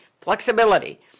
flexibility